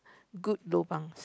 good lobang